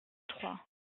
trois